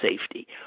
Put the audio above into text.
safety